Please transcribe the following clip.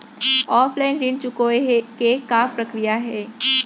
Offline ऋण चुकोय के का प्रक्रिया हे?